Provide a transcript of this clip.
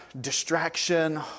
distraction